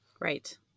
Right